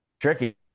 Tricky